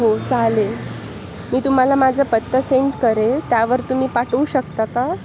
हो चालेल मी तुम्हाला माझा पत्ता सेंड करेल त्यावर तुम्ही पाठवू शकता का